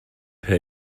per